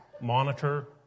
monitor